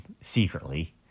secretly